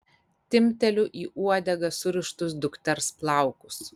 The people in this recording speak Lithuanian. timpteliu į uodegą surištus dukters plaukus